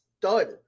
Dud